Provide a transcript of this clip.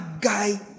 guy